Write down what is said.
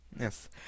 Yes